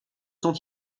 sont